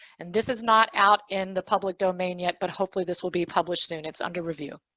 and this is not out in the public domain yet, but hopefully this will be published soon. it's under review.